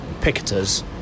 picketers